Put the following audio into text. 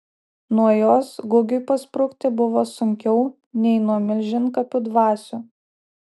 nuo jos gugiui pasprukti buvo sunkiau nei nuo milžinkapių dvasių